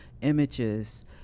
images